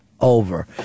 over